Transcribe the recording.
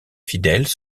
fidèles